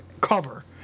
cover